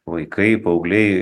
vaikai paaugliai